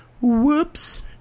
Whoops